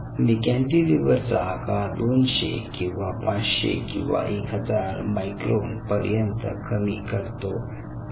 मी कॅन्टीलिव्हरचा आकार 200 किंवा 500 किंवा 1000 मायक्रोन पर्यंत कमी करतो आहे